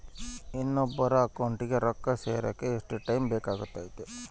ಇನ್ನೊಬ್ಬರ ಅಕೌಂಟಿಗೆ ರೊಕ್ಕ ಸೇರಕ ಎಷ್ಟು ಟೈಮ್ ಬೇಕಾಗುತೈತಿ?